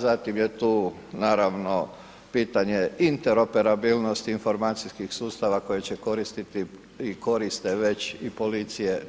Zatim je tu naravno pitanje interoperabilnosti informacijskih sustava koje će koristiti i koriste već i policije